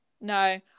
No